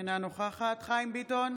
אינה נוכחת חיים ביטון,